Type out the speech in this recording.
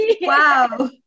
wow